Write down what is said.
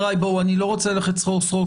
אני לא רוצה ללכת סחור-סחור,